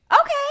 okay